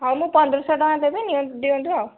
ହଉ ମୁଁ ପନ୍ଦରଶହ ଟଙ୍କା ଦେବି ଦିଅନ୍ତୁ ଆଉ